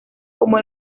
como